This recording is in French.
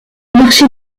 marché